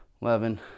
eleven